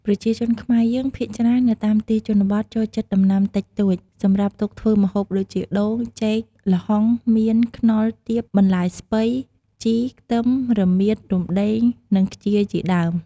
ប្រជាជនខ្មែរយើង ភាគច្រើននៅតាមទីជនបទចូលចិត្តដំណាំតិចតូច សម្រាប់ទុកធ្វើម្ហូបដូចជា ដូង ចេក ល្ហុង មៀន ខ្នុរ ទៀប បន្លែស្ពៃ ជី ខ្ទឹម រមៀត រំដេង និងខ្ជាយ ជាដើម។